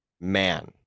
man